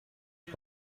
are